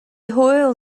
hwyl